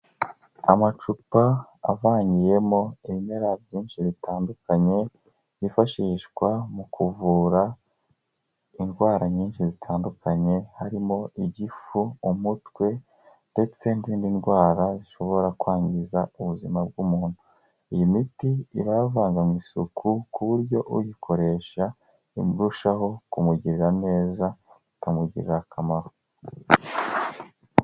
Amacupa avangiyemo ibimera byinshi bitandukanye byifashishwa mu kuvura indwara nyinshi zitandukanye harimo igifu, umutwe ndetse n'izindi ndwara zishobora kwangiza ubuzima bw'umuntu. Iyi miti iba yavanganywe isuku ku buryo uyikoresha irushaho kumugirira neza ikamugirira akamaro.